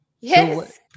Yes